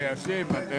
הישיבה נעולה.